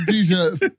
t-shirts